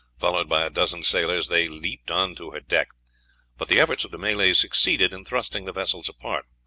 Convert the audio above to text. followed by a dozen sailors, they leaped on to her deck but the efforts of the malays succeeded in thrusting the vessels apart.